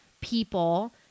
people